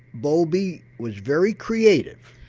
bowlby was very creative.